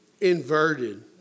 inverted